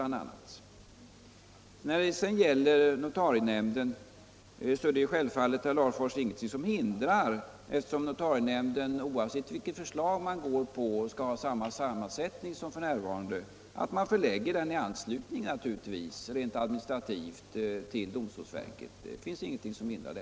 När det gäller notarienämnden vill jag säga till herr Larfors att det självfallet inte är någonting som hindrar att man rent administrativt förlägger den i anslutning till domstolsverket. Notarienämnden kommer ju oavsett vilket förslag som bifalles att få samma sammansättning som f.n.